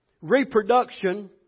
reproduction